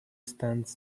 stands